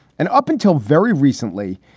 and up until very recently,